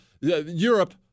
Europe